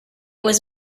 was